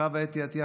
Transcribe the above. חוה אתי עטייה,